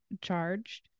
charged